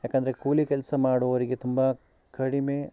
ಯಾಕೆಂದ್ರೆ ಕೂಲಿ ಕೆಲಸ ಮಾಡುವವರಿಗೆ ತುಂಬ ಕಡಿಮೆ